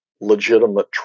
legitimate